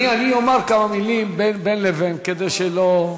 אני אומר כמה מילים בין לבין, כדי שלא,